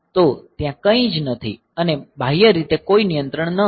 તો ત્યાં કંઈ નથી અને બાહ્ય રીતે કોઈ નિયંત્રણ ન હતું